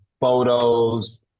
photos